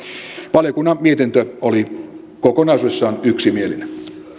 valiokunnan mietintö oli kokonaisuudessaan yksimielinen